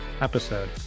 episode